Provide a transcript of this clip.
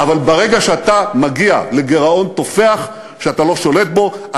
אבל ברגע שאתה מגיע לגירעון תופח שאתה לא שולט בו,